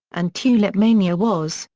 and tulip mania was,